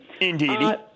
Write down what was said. Indeed